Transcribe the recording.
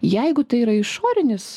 jeigu tai yra išorinis